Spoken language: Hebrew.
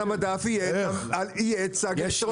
על המדף יהיה צג אלקטרוני.